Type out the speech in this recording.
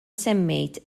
semmejt